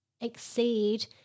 exceed